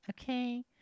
Okay